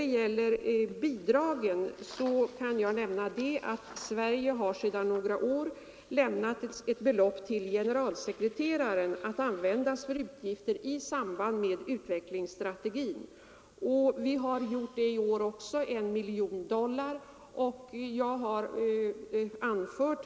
Beträffande bidragen kan jag nämna att Sverige sedan några år har lämnat ett belopp till generalsekreteraren, att användas för utgifter i samband med utvecklingsstrategin. Vi har gjort så i år också — och lämnat 1 miljon dollar.